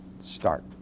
Start